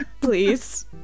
please